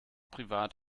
privat